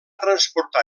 transportar